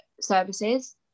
services